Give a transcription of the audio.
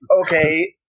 okay